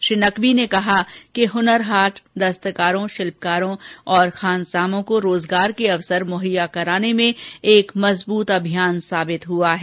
श्री नकवी ने कहा कि हुनर हाट दस्तकारों शिल्पकारों खानसामों को रोजगार के अवसर मुहैया कराने में एक मजबूत अभियान साबित हुआ है